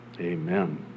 Amen